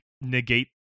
negate